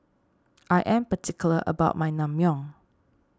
I am particular about my Naengmyeon